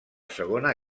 segona